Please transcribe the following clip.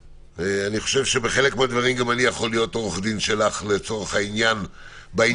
ואני חושב שבחלק מהדברים גם אני יכול להיות עורך דין שלך בעניין הזה.